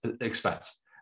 expense